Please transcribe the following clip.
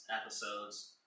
episodes